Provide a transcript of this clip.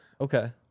Okay